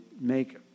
make